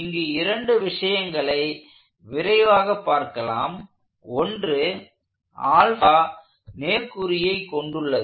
இங்கு இரண்டு விஷயங்களை விரைவாக பார்க்கலாம் ஒன்று நேர்குறியை கொண்டுள்ளது